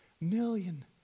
million